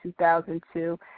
2002